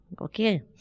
Okay